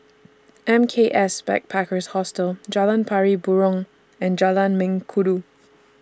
M K S Backpackers Hostel Jalan Pari Burong and Jalan Mengkudu